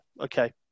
okay